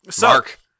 Mark